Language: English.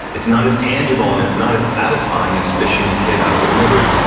it's not as tangible, and it's not as satisfying as fishing a kid out of the river.